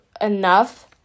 enough